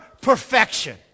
perfection